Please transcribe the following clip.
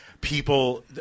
people